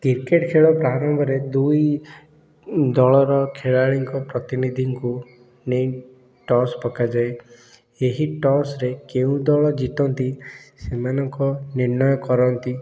cricket ଖେଳ ପ୍ରାରମ୍ଭରେ ଦୁଇ ଦଳର ଖେଳାଳୀଙ୍କ ପ୍ରତିନିଧିଙ୍କୁ ନେଇ ଟସ୍ ପକାଯାଏ ଏହି ଟସ୍ରେ କେଉଁ ଦଳ ଜିତନ୍ତି ସେମାନଙ୍କ ନିର୍ଣ୍ଣୟ କରନ୍ତି